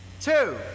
two